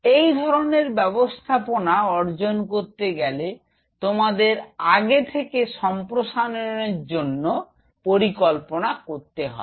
এই ধরনের ব্যবস্থাপনা অর্জন করতে গেলে তোমাদের আগে থেকে সমপ্রসারণের জন্য পরিকল্পনা করতে হবে